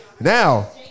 Now